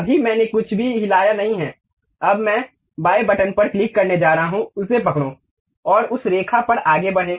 अभी मैंने कुछ भी हिलाया नहीं है अब मैं बाएं बटन पर क्लिक करने जा रहा हूं उसे पकड़ो और उस रेखा पर आगे बढ़ें